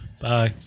Bye